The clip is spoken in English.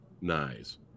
Nice